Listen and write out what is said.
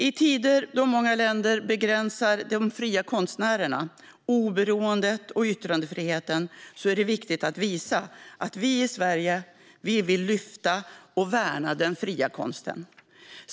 I tider då många länder begränsar de fria konstnärerna, oberoendet och yttrandefriheten är det viktigt att visa att vi i Sverige vill lyfta fram och värna den fria konsten.